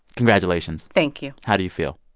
congratulations thank you how do you feel?